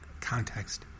context